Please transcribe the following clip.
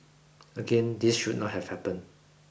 again this should not have happened